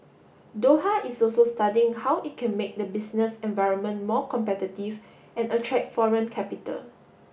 Doha is also studying how it can make the business environment more competitive and attract foreign capital